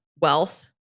wealth